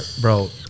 Bro